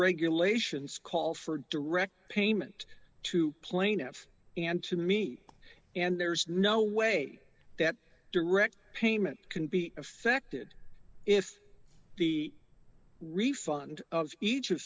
regulations call for direct payment to plaintiff and to me and there's no way that direct payment can be affected if the refund of each o